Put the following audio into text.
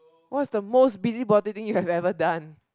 what's the most busybody thing that you had ever done